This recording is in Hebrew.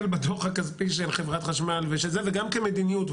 בדו"ח הכספי של חברת חשמל וגם כמדיניות,